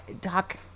Doc